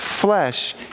flesh